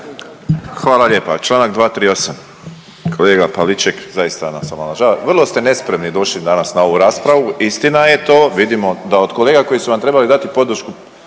Hvala lijepa. Članak 238. Kolega Pavliček zaista nas omalovažavate. Vrlo ste nespremni došli danas na ovu raspravu. Istina je to, vidimo da od kolega koji su vam trebali dati podršku